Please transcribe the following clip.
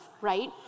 right